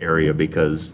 area because,